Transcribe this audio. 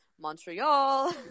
Montreal